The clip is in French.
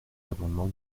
l’amendement